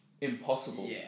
Impossible